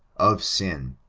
of sin.